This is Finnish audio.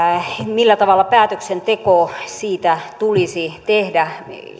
millä tavalla päätöksenteko siitä tulisi tehdä